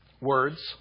Words